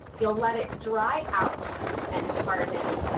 you'll let it dry out and harden.